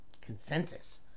consensus